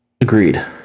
Agreed